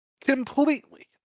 completely